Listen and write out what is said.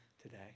today